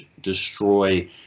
destroy